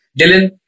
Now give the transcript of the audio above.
dylan